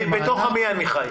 בתוך עמי אני חי.